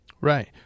right